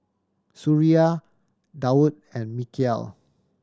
Suria Daud and Mikhail